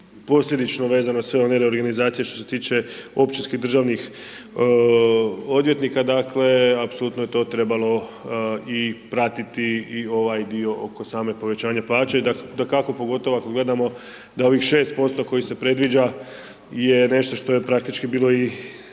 posljedično vezano sve one reorganizacije što se tiče općinskih državnih odvjetnika, dakle, apsolutno je to trebalo i pratiti i ovaj dio oko same povećanja plaće i dakako, pogotovo ako gledamo, da ovih 6% kojih se predviđa je nešto što je praktički bilo i